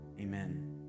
amen